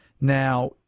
Now